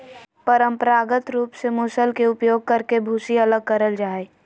परंपरागत रूप से मूसल के उपयोग करके भूसी अलग करल जा हई,